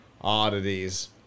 oddities